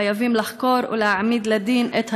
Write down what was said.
חייבים לחקור ולהעמיד לדין את היורים.